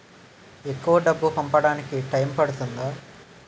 ఎక్కువ డబ్బు పంపడానికి టైం పడుతుందా?